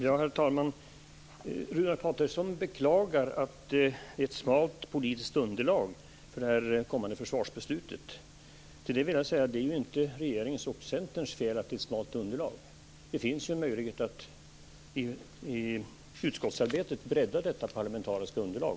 Herr talman! Runar Patriksson beklagar att det finns ett svagt politiskt underlag för det kommande försvarsbeslutet. Jag vill säga att det inte är regeringens och Centerns fel att underlaget är svagt. Det finns fortfarande en möjlighet att i utskottsarbetet bredda detta parlamentariska underlag.